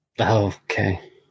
okay